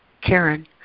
Karen